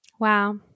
Wow